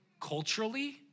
culturally